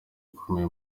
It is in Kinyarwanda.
ukomeye